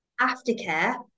aftercare